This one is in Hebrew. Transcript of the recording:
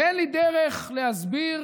אין לי דרך להסביר